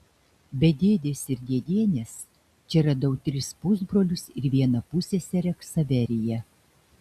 be dėdės ir dėdienės čia radau tris pusbrolius ir vieną pusseserę ksaveriją